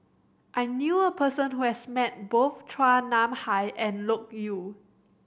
I knew a person who has met both Chua Nam Hai and Loke Yew